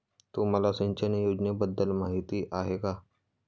तुम्हाला सिंचन योजनेबद्दल माहिती आहे का?